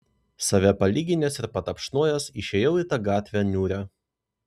save palyginęs ir patapšnojęs išėjau į tą gatvę niūrią